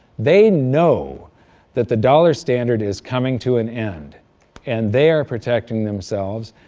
they know that the dollar standard is coming to an end and they are protecting themselves,